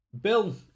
Bill